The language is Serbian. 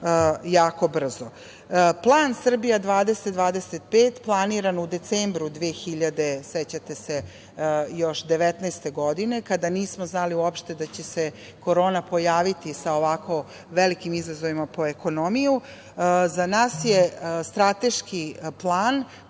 jako brzo. Plan Srbija 2025 planiran u decembru 2019. godine još, kada nismo znali uopšte da će se korona pojaviti sa ovako velikim izazovima po ekonomiju, za nas je strateški plan